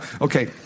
Okay